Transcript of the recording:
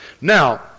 Now